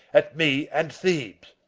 at me and thebes!